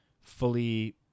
fully